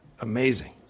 amazing